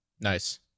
nice